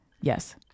yes